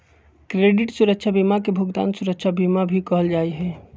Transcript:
credit सुरक्षा बीमा के भुगतान सुरक्षा बीमा भी कहल जा हई